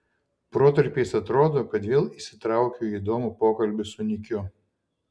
protarpiais atrodo kad vėl įsitraukiu į įdomų pokalbį su nikiu